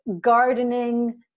gardening